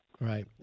Right